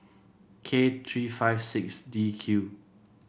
K three five six D Q